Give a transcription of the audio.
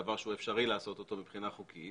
דבר שאפשרי לעשות אותו מבחינה משפטית,